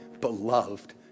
beloved